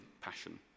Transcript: passion